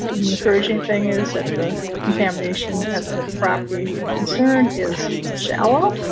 the encouraging thing is at the contamination at the property of concern is shallow,